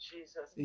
Jesus